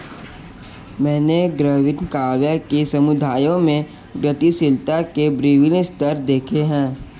मैंने ग्रामीण काव्य कि समुदायों में गतिशीलता के विभिन्न स्तर देखे हैं